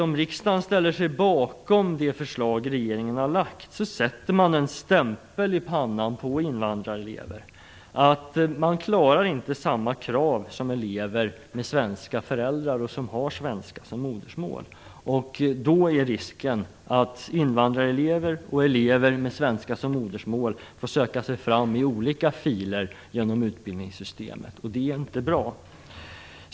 Om riksdagen ställer sig bakom de förslag som regeringen har lagt fram är risken att man sätter en stämpel i pannan på invandrarelever som säger att de inte klarar samma krav som elever med svenska föräldrar som har svenska som modersmål. Då är risken att invandrarelever och elever med svenska som modersmål får söka sig fram i olika filer genom utbildningssystemet, och det är inte bra.